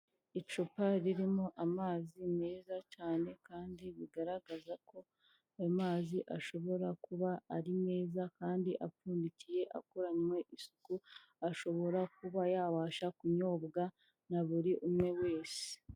Icupa ririmo amazi meza cyane kandi bigaragaza ko ayo mazi ashobora kuba ari meza kandi apfundikiye akoranywe isuku ashobora kuba yabasha kunyobwa na buri umwe wese.